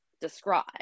describe